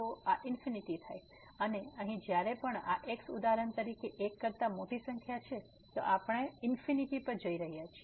તો આ ∞ થાય છે અને અહીં જ્યારે પણ આ x ઉદાહરણ તરીકે 1 કરતા મોટી સંખ્યા છે તો આપણ ∞ પર જઇ રહ્યો છે